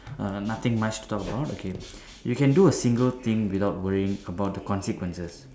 uh nothing much to talk about okay you can do a thing without worrying about the consequences